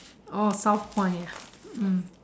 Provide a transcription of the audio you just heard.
oh South point ah mm